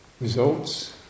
results